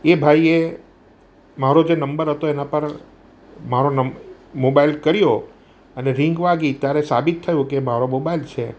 એ ભાઈએ મારો જે નંબર હતો એના પર મારો નમ મોબાઈલ કર્યો અને રિંગ વાગી ત્યારે સાબિત થયું કે એ મારો મોબાઈલ છે